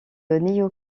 néo